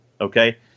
okay